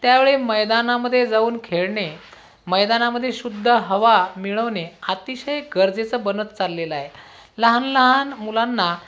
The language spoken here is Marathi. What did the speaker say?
त्या वेळी मैदानामध्ये जाऊन खेळणे मैदानामध्ये शुद्ध हवा मिळवणे अतिशय गरजेचं बनत चाललेलं आहे लहान लहान मुलांना